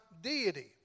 deity